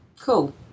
Cool